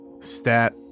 stat